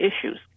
issues